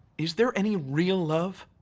is there any real love?